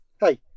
Hey